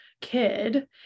kid